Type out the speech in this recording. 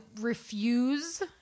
refuse